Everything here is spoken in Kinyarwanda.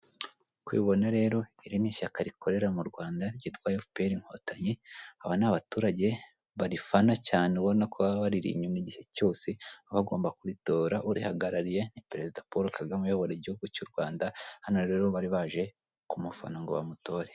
Inzu irimo intebe nyinshi hicayemo n'abantu ariho n'insakazamashusho yanditsemo mu magambo y'icyongereza umujyi wa Kigali.